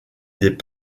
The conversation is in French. des